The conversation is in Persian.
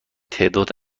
تعداد